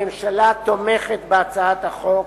הממשלה תומכת בהצעת החוק,